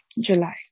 July